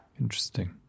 interesting